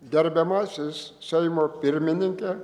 gerbiamasis seimo pirmininke